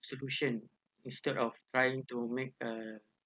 solution instead of trying to make a